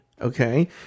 Okay